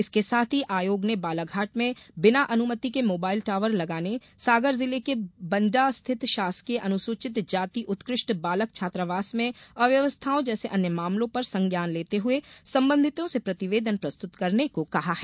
इसके साथ ही आयोग ने बालाघाट में बिना अनुमति के मोबाइल टावर लगाने सागर जिले के बण्डा स्थित शासकीय अनुसूचित जाति उत्कृष्ट बालक छात्रावास में अव्यवस्थाओं जैसे अन्य मामलों पर संज्ञान लेते हुए संबंधितों से प्रतिवेदन प्रस्तुत करने को कहा है